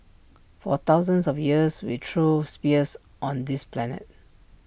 for thousands of years we threw spears on this planet